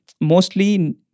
mostly